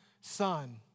son